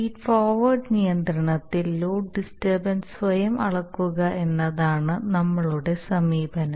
feed forward നിയന്ത്രണത്തിൽ load disturbance സ്വയം അളക്കുക എന്നതാണ് നമ്മളുടെ സമീപനം